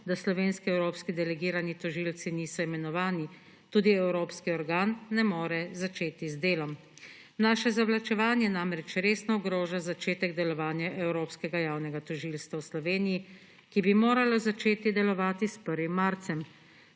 da slovenski evropski delegirani tožilci niso imenovani, tudi evropski organ ne more začeti z delom. Naše zavlačevanje namreč resno ogroža začetek delovanja Evropskega javnega tožilstva v Sloveniji, ki bi moralo začeti delovati s 1. marcem.